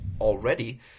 already